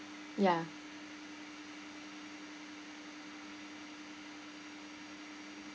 ya